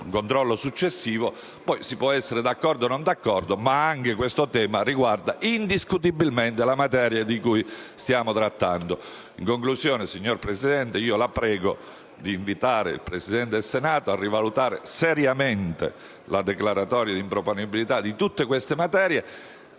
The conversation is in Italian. un controllo successivo. Si può essere d'accordo o meno, ma anche questo tema riguarda indiscutibilmente la materia che stiamo trattando. In conclusione, signora Presidente, la prego di invitare il Presidente del Senato a rivalutare seriamente la declaratoria di improponibilità di tutti questi